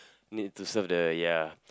need to serve the ya